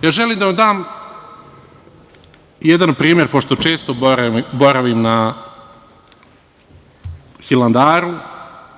Save. Želim da vam dam jedan primer, pošto često boravim na Hilandaru,